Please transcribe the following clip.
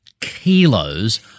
kilos